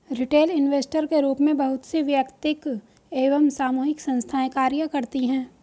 retail investor के रूप में बहुत सी वैयक्तिक एवं सामूहिक संस्थाएं कार्य करती हैं